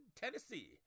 Tennessee